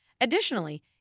Additionally